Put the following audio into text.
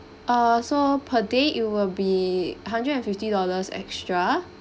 err so per day it will be a hundred and fifty dollars extra